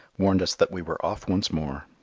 warned us that we were off once more.